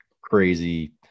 crazy